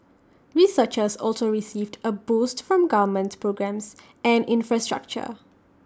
researchers also received A boost from government programmes and infrastructure